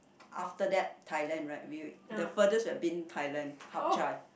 after that Thailand right we the furthest we have been Thailand Hap-Chai